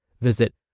Visit